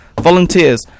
Volunteers